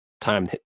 time